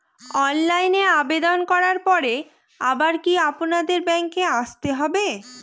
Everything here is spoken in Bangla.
অনলাইনে আবেদন করার পরে আবার কি আপনাদের ব্যাঙ্কে আসতে হবে?